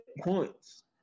points